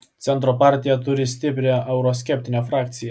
centro partija turi stiprią euroskeptinę frakciją